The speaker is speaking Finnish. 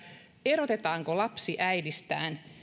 erotetaanko lapsi äidistään